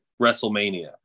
Wrestlemania